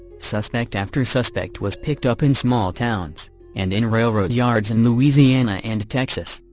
suspect after suspect was picked up in small towns and in railroad yards in louisiana and texas.